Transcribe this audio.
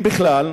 אם בכלל,